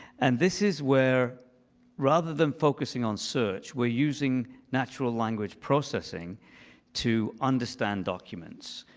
and this is where rather than focusing on search, we're using natural language processing to understand documents.